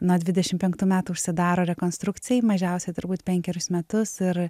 nuo dvidešim penktų metų užsidaro rekonstrukcijai mažiausiai turbūt penkerius metus ir